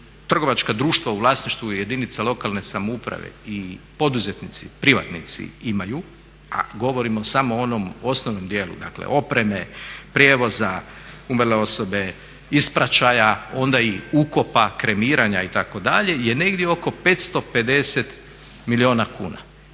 trgovačka društva u vlasništvu jedinica lokalne samouprave i poduzetnici, privatnici imaju a govorimo o samo onom osnovnom dijelu dakle opreme, prijevoza umrle osobe, ispraćaja onda i ukopa kremiranja itd. je negdje oko 550 milijuna kuna.